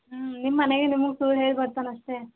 ಹ್ಞೂ ನಿಮ್ಮ ಮನೆಗೆ ನಿಮ್ಗೆ ಸುಳ್ಳು ಹೇಳಿ ಬರ್ತಾನಷ್ಟೆ